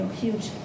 huge